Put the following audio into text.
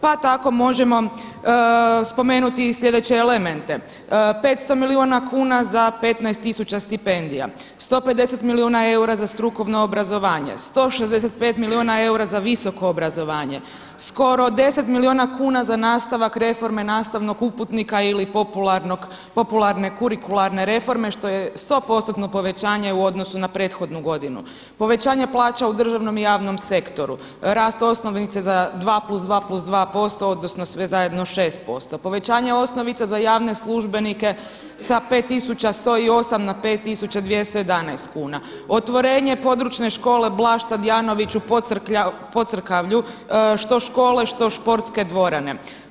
Pa tako možemo spomenuti i sljedeće elemente, 500 milijuna kuna za 15 tisuća stipendija, 150 milijuna eura za strukovno obrazovanje, 165 milijuna eura za visoko obrazovanje, skoro 10 milijuna kuna za nastavak reforme nastavnog uputnika ili popularne kurikularne reforme što je 100%-tno povećanje u odnosu na prethodnu godinu, povećanje plaća u državnom i javnom sektoru, rast osnovice za 2+2+2% odnosno sve zajedno 6%, povećanje osnovice za javne službenike sa 5 tisuća 108 na 5 tisuća 211 kuna, otvorenje područne škole Blaž Tadijanović u Pocrkavlju što škole, što športske dvorane.